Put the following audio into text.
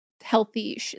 healthy